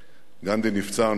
גנדי נפצע אנושות,